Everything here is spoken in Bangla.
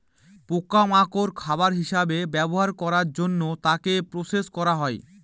পোকা মাকড় খাবার হিসেবে ব্যবহার করার জন্য তাকে প্রসেস করা হয়